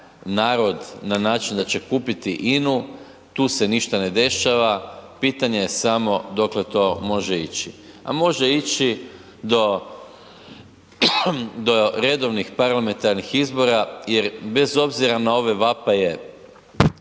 narod na način da će kupiti INA-u, tu se ništa ne dešava, pitanje je samo dokle to može ići. A može ići do redovnih parlamentarnih izbora jer bez obzira na ove vapaje